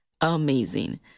Amazing